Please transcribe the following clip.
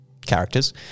characters